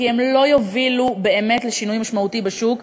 כי הם לא יובילו באמת לשינוי משמעותי בשוק,